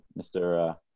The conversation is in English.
Mr